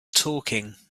talking